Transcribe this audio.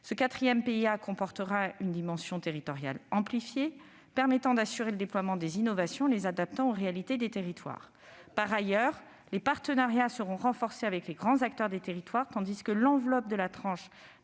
ce quatrième PIA comportera une dimension territoriale amplifiée, permettant d'assurer le déploiement des innovations en les adaptant aux réalités des territoires. Très bien ! Les partenariats seront renforcés avec les grands acteurs des territoires, tandis que l'enveloppe de la tranche